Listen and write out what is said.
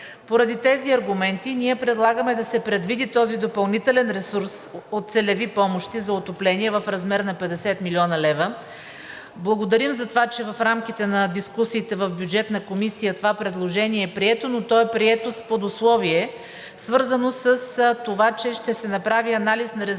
Поради тези аргументи ние предлагаме да се предвиди този допълнителен ресурс от целеви помощи за отопление в размер на 50 млн. лв. Благодарим за това, че в рамките на дискусиите в Бюджетната комисия това предложение е прието, но то е прието с подусловие, свързано с това, че ще се направи анализ на резултатите